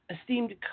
esteemed